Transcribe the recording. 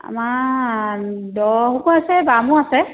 আমাৰ দকৈ আছে বামো আছে